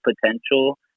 potential